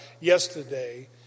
yesterday